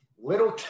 Little